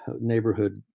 neighborhood